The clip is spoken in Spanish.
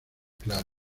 claros